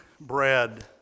bread